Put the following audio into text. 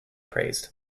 praised